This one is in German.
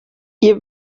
ihr